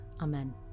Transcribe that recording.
amen